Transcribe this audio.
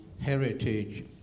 heritage